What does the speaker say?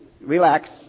relax